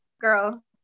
girl